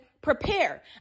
prepare